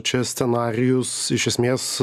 čia scenarijus iš esmės